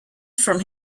from